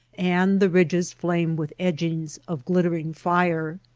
and the ridges flame with edg ings of glittering fire.